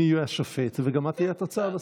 מי יהיה השופט וגם מה תהיה התוצאה בסוף.